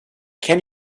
can